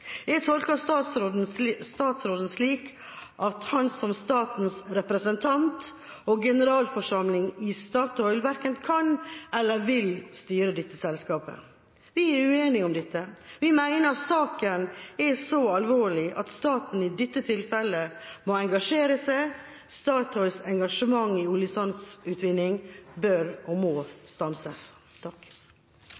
Jeg tolker statsråden slik at han, som statens representant og generalforsamling i Statoil, verken kan eller vil styre dette selskapet. Vi er uenig i dette. Vi mener at saken er så alvorlig at staten i dette tilfellet må engasjere seg. Statoils engasjement i oljesandutvinning bør og må